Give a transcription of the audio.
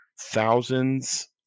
thousands